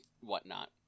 whatnot